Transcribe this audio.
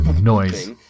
noise